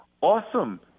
awesome